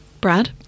Brad